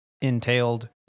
entailed